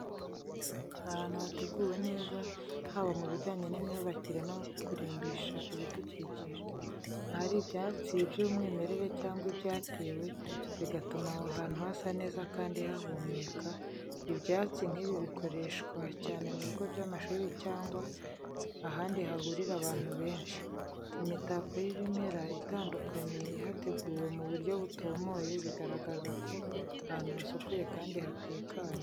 Ahantu hateguwe neza, haba mu bijyanye n’imyubakire no kurimbisha ibidukikije. Ahari ibyatsi by’umwimerere cyangwa ibyatewe, bigatuma aho hantu hasa neza kandi hahumeka. Ibyatsi nk’ibi bikoreshwa cyane mu bigo by’amashuri cyangwa ahandi hahurira abantu benshi. Imitako y’ibimera itandukanye ihateguwe mu buryo butomoye, bigaragaza ko ahantu hasukuye kandi hatekanye.